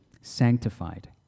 sanctified